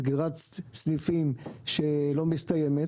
סגירת הסניפים לא מסתיימת